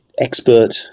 expert